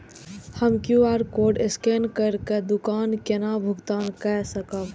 हम Q R code scan करके दुकान केना भुगतान काय सकब?